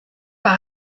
par